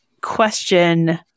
Question